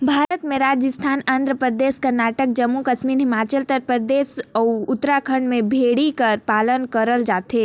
भारत में राजिस्थान, आंध्र परदेस, करनाटक, जम्मू कस्मी हिमाचल परदेस, अउ उत्तराखंड में भेड़ी कर पालन करल जाथे